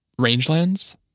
rangelands